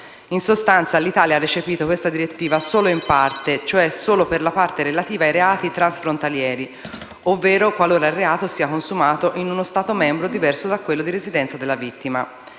In sostanza, l'Italia ha recepito questa direttiva solo in parte, cioè solo per la parte relativa ai reati transfrontalieri, ovvero qualora il reato sia consumato in uno Stato membro diverso da quello di residenza della vittima.